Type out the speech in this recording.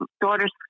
daughter's